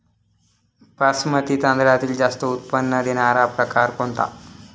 बासमती तांदळातील जास्त उत्पन्न देणारा प्रकार कोणता?